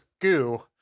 goo